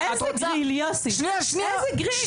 רגע איזה גריל יוסי, איזה גריל?